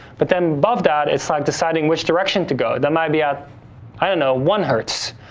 but then, above that, it's like deciding which direction to go. that might be at i don't know one hertz.